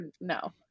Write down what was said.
no